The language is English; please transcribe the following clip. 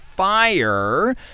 fire